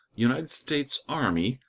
united states army,